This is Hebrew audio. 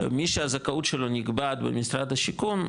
מי שהזכאות שלו נקבעת במשרד השיכון,